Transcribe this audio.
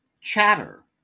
Chatter